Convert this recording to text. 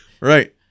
right